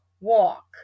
walk